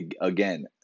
again